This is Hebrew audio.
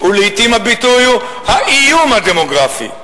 ולעתים הביטוי הוא "האיום הדמוגרפי".